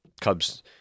Cubs